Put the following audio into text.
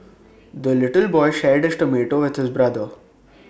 the little boy shared his tomato with his brother